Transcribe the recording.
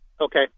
okay